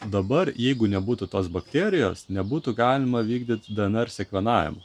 dabar jeigu nebūtų tos bakterijos nebūtų galima vykdyti dnr sekvenavimo